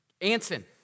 Anson